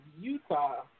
Utah